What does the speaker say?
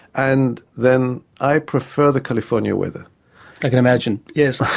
and then i prefer the california weather. i can imagine, yes.